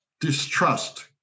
distrust